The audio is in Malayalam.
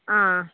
ആ